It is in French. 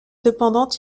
cependant